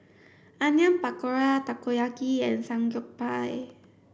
Onion Pakora Takoyaki and Samgeyopsal